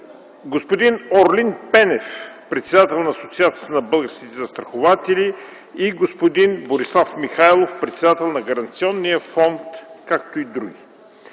господин Орлин Пенев – председател на Асоциацията на българските застрахователи, господин Борислав Михайлов – председател на Гаранционния фонд, както и други.